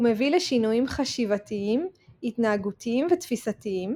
הוא מביא לשינויים חשיבתיים התנהגותיים ותפיסתיים,